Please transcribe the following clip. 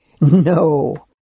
No